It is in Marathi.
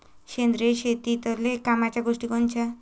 सेंद्रिय शेतीतले कामाच्या गोष्टी कोनच्या?